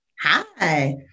Hi